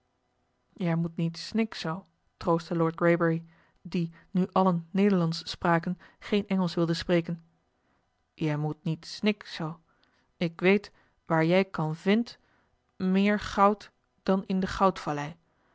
jij moet niet snik zoo troostte lord greybury die nu allen nederlandsch spraken geen engelsch wilde spreken jij moet niet snik zoo ik weet waar jij kan vind meer goud dan in de